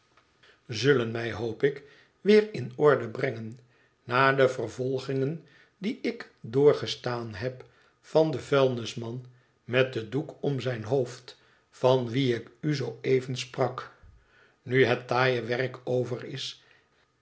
zullen mij hoop ik weer in orde brengen na de vervolgingen die ik doorgestaan heb van den vuilnisman met den doek om zijn hoofd van wien ik u zoo even sprak nu het taaie werk over is